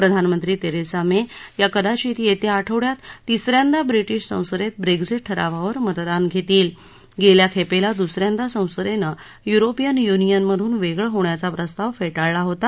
प्रधानमंत्री Theresa May या कदाचित येत्या आठवड्यात तिस यांदा ब्री श संसदेत ब्रेग्झि ठरावावर मतदानही घेतील गेल्या खेपेला दुस यांदा संसदेनं युरोपियन युनियनमधून वेगळं होण्याचा प्रस्ताव फेशिळला होता